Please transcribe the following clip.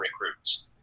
recruits